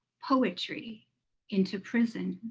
poetry into prisons.